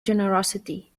generosity